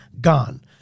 gone